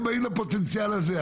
הם באים לפוטנציאל הזה.